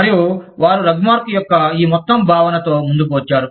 మరియు వారు రగ్మార్క్ యొక్క ఈ మొత్తం భావనతో ముందుకు వచ్చారు